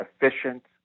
efficient